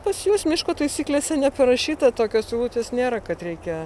pas juos miško taisyklėse neparašyta tokios eilutės nėra kad reikia